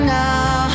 now